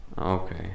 Okay